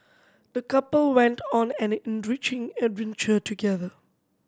the couple went on an enriching adventure together